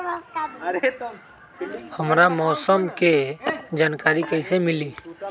हमरा मौसम के जानकारी कैसी मिली?